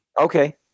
Okay